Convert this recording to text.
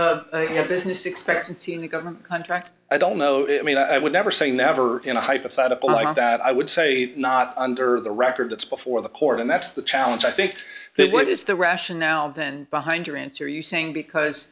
your business expectancy in a government contract i don't know it i mean i would never say never in a hypothetical like that i would say not under the record that's before the court and that's the challenge i think that what is the rationale then behind your answer you saying because